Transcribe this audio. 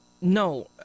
No